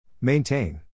Maintain